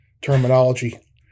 terminology